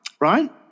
right